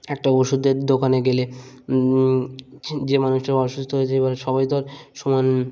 একটা ওষুধের দোকানে গেলে যে মানুষটাও অসুস্থ হয়েছে এবার সবাই তোর সমান